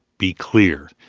be clear.